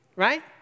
Right